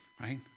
right